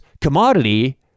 commodity